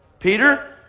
peter,